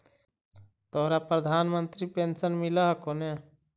तोहरा प्रधानमंत्री पेन्शन मिल हको ने?